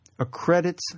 Accredits